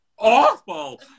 Awful